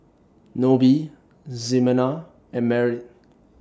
Nobie Ximena and Merritt